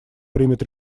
примет